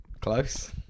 Close